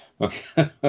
Okay